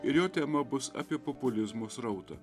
ir jo tema bus apie populizmo srautą